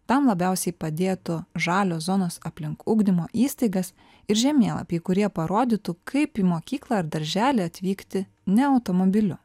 tam labiausiai padėtų žalios zonos aplink ugdymo įstaigas ir žemėlapiai kurie parodytų kaip į mokyklą ar darželį atvykti ne automobiliu